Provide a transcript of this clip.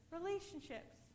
relationships